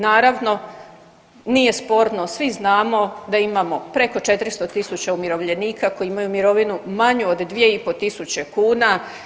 Naravno nije sporno svi znamo da imamo preko 400 tisuća umirovljenika koji imaju mirovinu manju od 2500 kuna.